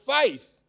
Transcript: faith